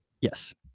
yes